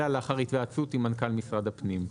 אלא לאחר התייעצות עם מנכ"ל משרד הפנים,